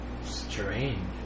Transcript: Strange